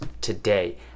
today